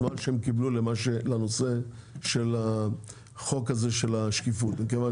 הזמן שהם קיבלו לנושא של החוק הזה של השקיפות מכיוון